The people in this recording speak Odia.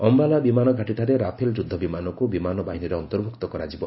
ଅମ୍ଘାଲା ବିମାନ ଘାଟିଠାରେ ରାଫେଲ ଯୁଦ୍ଧ ବିମାନକୁ ବିମାନ ବାହିନୀରେ ଅନ୍ତର୍ଭୁକ୍ତ କରାଯିବ